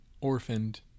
orphaned